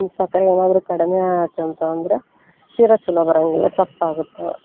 ಸಕ್ಕರೆ ಏನಾದರೂ ಕಡಿಮೆ ಆಯ್ತು ಅಂತಂದರೆ ಶೀರಾ ಛಲೋ ಬರೊಂಗಿಲ್ಲ ಸಪ್ಪೆ ಆಗತ್ತೆ